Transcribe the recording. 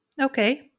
Okay